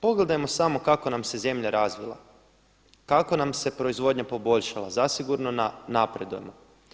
Pogledajmo samo kako nam se zemlja razvila, kako nam se proizvodnja poboljšala, zasigurno napredujemo“